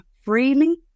freely